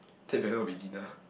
that background will be dinner